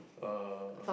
uh